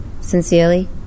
Sincerely